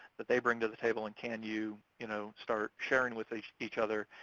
that they bring to the table, and can you you know start sharing with each each other?